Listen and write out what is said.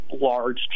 large